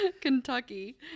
Kentucky